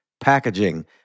packaging